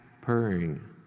purring